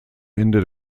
ende